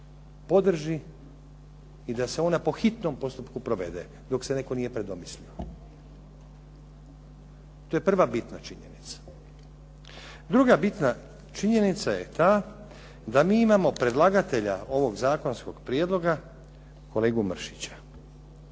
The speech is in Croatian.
podrži i da se ona po hitnom postupku provede dok se netko nije predomislio. To je prva bitna činjenica. Druga bitna činjenica je ta da mi imamo predlagatelja ovog zakonskog prijedloga, kolegu Mršića,